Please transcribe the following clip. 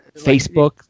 Facebook